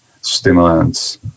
stimulants